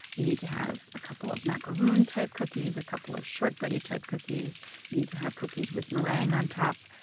you need to have a couple of macaroon type cookies, a couple of shortbread-y type cookies. you need to have cookies with meringue on top.